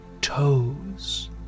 toes